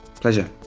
Pleasure